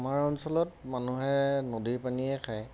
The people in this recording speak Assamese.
আমাৰ অঞ্চলত মানুহে নদীৰ পানীয়ে খায়